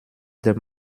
dem